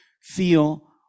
feel